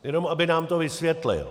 Jenom aby nám to vysvětlil.